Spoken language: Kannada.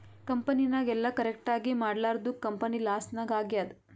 ಕಂಪನಿನಾಗ್ ಎಲ್ಲ ಕರೆಕ್ಟ್ ಆಗೀ ಮಾಡ್ಲಾರ್ದುಕ್ ಕಂಪನಿ ಲಾಸ್ ನಾಗ್ ಆಗ್ಯಾದ್